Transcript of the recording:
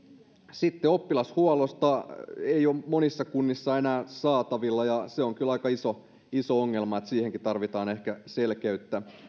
sitten oppilashuollosta sitä ei ole monissa kunnissa enää saatavilla ja se on kyllä aika iso ongelma niin että siihenkin tarvitaan ehkä selkeyttä